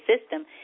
system